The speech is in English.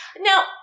Now